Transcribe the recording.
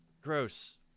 gross